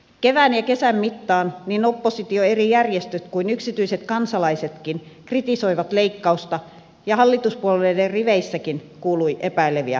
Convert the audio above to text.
kevään ja kesän mittaan niin oppositio eri järjestöt kuin yksityiset kansalaisetkin kritisoivat leikkausta ja hallituspuolueiden riveistäkin kuului epäileviä kannanottoja